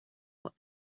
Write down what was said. what